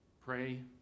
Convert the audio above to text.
pray